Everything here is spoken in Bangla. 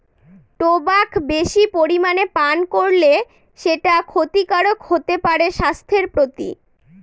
টোবাক বেশি পরিমানে পান করলে সেটা ক্ষতিকারক হতে পারে স্বাস্থ্যের প্রতি